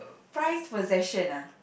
priced possession ah